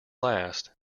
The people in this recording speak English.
last